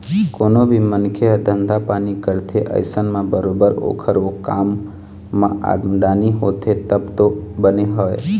कोनो भी मनखे ह धंधा पानी करथे अइसन म बरोबर ओखर ओ काम म आमदनी होथे तब तो बने हवय